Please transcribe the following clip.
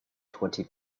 twenty